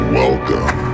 welcome